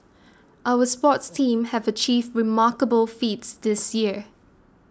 our sports teams have achieved remarkable feats this year